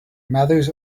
mathers